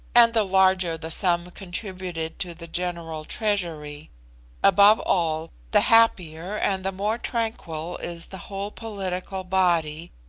and the larger the sum contributed to the general treasury above all, the happier and the more tranquil is the whole political body,